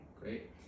Great